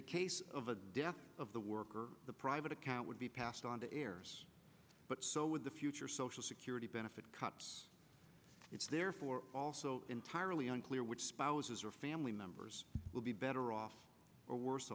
the case of a death of the worker the private account would be passed on to heirs but so would the future social security benefit cuts it's therefore also entirely unclear which spouses or family members will be better off or worse